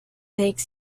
lakes